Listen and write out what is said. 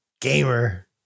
Gamer